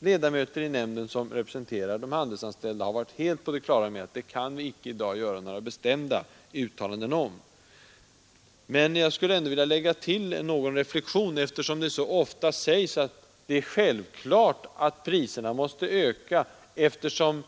ledamöter i nämnden som representerar de handelsanställda har varit helt på det klara med att detta kan man i dag inte göra några bestämda uttalanden om. Men jag skulle ändå vilja lägga till en reflexion, eftersom det ofta sägs att det är självklart att priserna ökat.